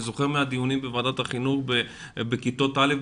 זוכר מהדיונים בוועדת החינוך בכיתות א',